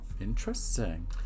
Interesting